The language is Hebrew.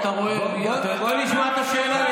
בוא נשמע את השאלה,